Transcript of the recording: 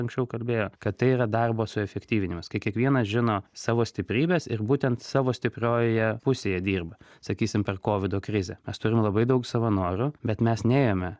anksčiau kalbėjo kad tai yra darbo suefektyvinimas kai kiekvienas žino savo stiprybes ir būtent savo stipriojoje pusėje dirba sakysim per kovido krizę mes turim labai daug savanorių bet mes nėjome